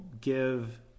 give